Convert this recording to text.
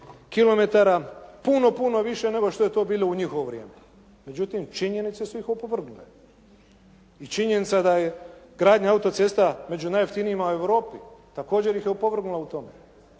kilometara puno, puno više nego što je to bilo u njihovo vrijeme. Međutim, činjenice su ih opovrgnule. I činjenica je da je gradnja autocesta među najjeftinijima u Europi. Također je opovrgnula u tome.